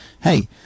hey